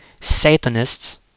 Satanists